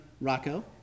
Rocco